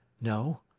No